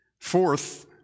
Fourth